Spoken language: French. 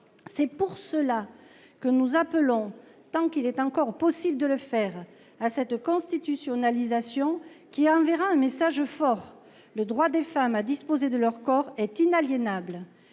C’est pour cela que nous appelons, tant qu’il est encore possible de le faire, à cette constitutionnalisation qui enverra ce message fort : le droit des femmes à disposer de leur corps est inaliénable.